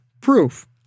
proof